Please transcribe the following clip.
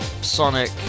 Sonic